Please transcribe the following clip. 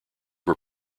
were